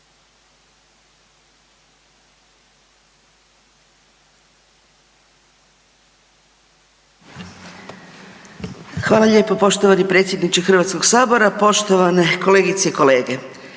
Hvala lijepo poštovani predsjedniče Hrvatskog sabora, poštovane kolegice i kolege.